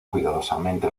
cuidadosamente